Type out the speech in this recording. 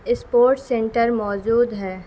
sport centre موجود ہیں